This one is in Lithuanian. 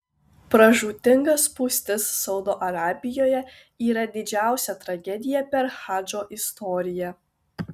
pražūtinga spūstis saudo arabijoje yra didžiausia tragedija per hadžo istoriją